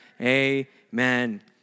Amen